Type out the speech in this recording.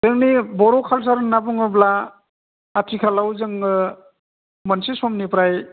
जोंनि बर' कालसार होनना बुङोब्ला आथिखालाव जोङो मोनसे समनिफ्राय